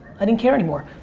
i didn't care anymore.